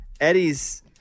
Eddie's